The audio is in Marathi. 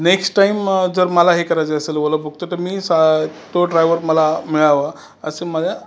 नेक्स्ट टाईम जर मला हे करायचं असेल ओला बुक तर मी सा तो ड्रायवर मला मिळावा असं माझा